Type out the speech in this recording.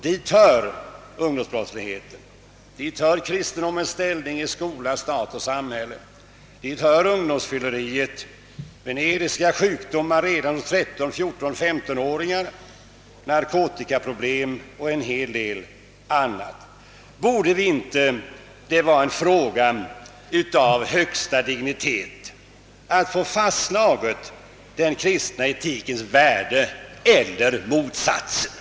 Dit hör ungdomsbrottsligheten, dit hör kristendomens ställning i skola och samhälle, dit hör ungdomsfylleriet, veneriska sjukdomar redan hos 13-, 14 och 15-åringar, narkotikaproblem och en hel del annat. Borde det inte vara en uppgift av högsta dignitet att söka fastslå den kristna etikens värde — eller motsatsen?